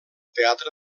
teatre